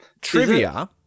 Trivia